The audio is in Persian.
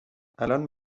الان